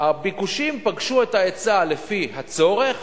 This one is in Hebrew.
הביקושים פגשו את ההיצע לפי הצורך